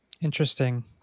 Interesting